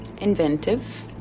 inventive